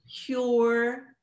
pure